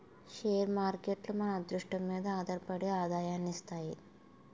share మార్కేట్లు మన అదృష్టం మీదే ఆధారపడి ఆదాయాన్ని ఇస్తాయి